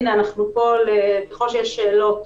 יש לנו הרבה שאלות.